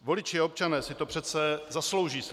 Voliči a občané si to přece zaslouží slyšet.